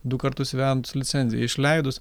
du kartus įvedus licenciją išleidus